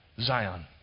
Zion